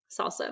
salsa